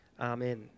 Amen